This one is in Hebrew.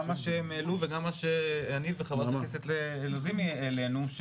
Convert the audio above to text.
גם מה שהעלו וגם מה שחברת הכנסת לזימי ואנוכי העלנו.